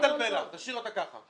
אל תלווה לה, תשאיר אותה ככה.